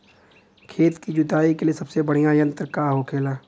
खेत की जुताई के लिए सबसे बढ़ियां यंत्र का होखेला?